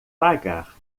pagar